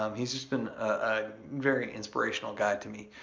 um he's just been a very inspirational guy to me,